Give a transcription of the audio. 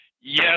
Yes